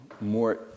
more